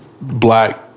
black